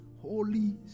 Holy